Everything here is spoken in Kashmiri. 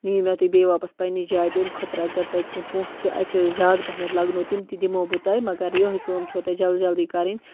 نِیِو مےٚ تُہۍ بیٚیہِ واپَس پَنٛنہِ جایہِ تٔمۍ خٲطرٕ اگر تۄہہِ کیٚنہہ پونٛسہٕ اَکہِ زیادٕ پہمتھ لَگنو تِم تہِ دِمو بہٕ توہہِ مگر یِہوٚے کٲم چھو تۄہہِ جلدی جلدی کَرٕنۍ